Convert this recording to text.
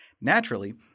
Naturally